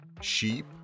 sheep